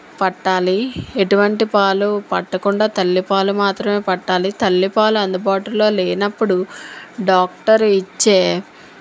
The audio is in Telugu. పట్టాలి ఎటువంటి పాలు పట్టకుండా తల్లిపాలు మాత్రమే పట్టాలి తల్లిపాలు అందుబాటులో లేనప్పుడు డాక్టరు ఇచ్చే